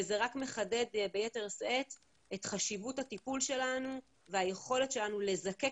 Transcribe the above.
וזה רק מחדד ביתר שאת את חשיבות הטיפול שלנו והיכולת שלנו לזקק